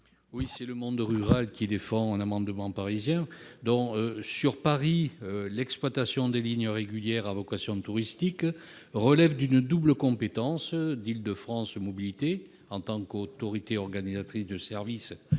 C'est le monde rural qui défend un amendement parisien ... À Paris, l'exploitation des lignes régulières à vocation touristique relève d'une double compétence : celle de l'autorité organisatrice des services